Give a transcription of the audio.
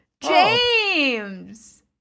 James